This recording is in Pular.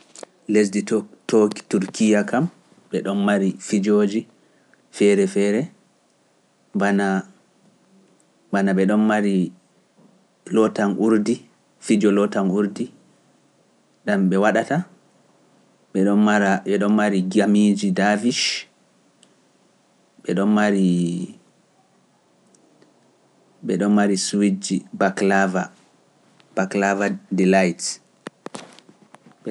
lesdi to toki Turkiya kam ɓe ɗon mari fijoji feere feere bana bana ɓe ɗon mari lotan urdi, fijo lootan urdi ɗam ɓe waɗata ɓe ɗon, ɓe ɗon mari gamiiji Daavich, ɓe ɗon mari ɓe ɗon mari suuji baklava baklava de laite.